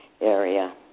area